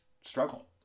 struggle